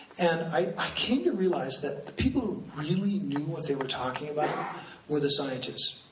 and i came to realize that the people who really knew what they were talking about were the scientists,